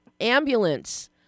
ambulance